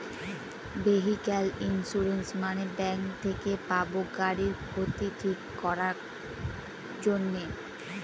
vehicle insurance মানে bank থেকে পাবো গাড়ির ক্ষতি ঠিক করাক জন্যে